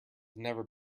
never